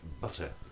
butter